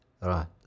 Right